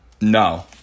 No